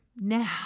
Now